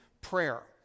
prayer